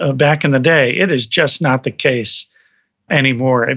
ah back in the day. it is just not the case anymore. and